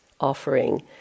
offering